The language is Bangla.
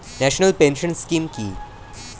ন্যাশনাল পেনশন স্কিম কি?